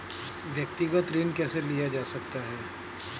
व्यक्तिगत ऋण कैसे लिया जा सकता है?